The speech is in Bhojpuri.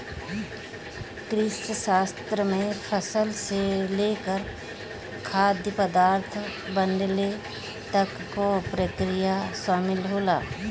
कृषिशास्त्र में फसल से लेकर खाद्य पदार्थ बनले तक कअ प्रक्रिया शामिल होला